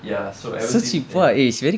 ya so ever since then